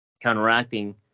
counteracting